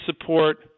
support